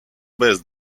bez